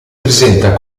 presenta